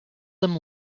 them